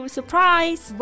Surprise